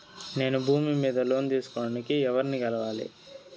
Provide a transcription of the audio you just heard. నేను భూమి మీద లోను తీసుకోడానికి ఎవర్ని కలవాలి?